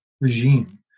regime